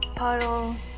puddles